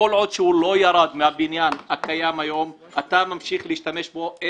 כל מה שהוא לא ירד מהבניין הקיים היום אתה ממשיך להשתמש בו.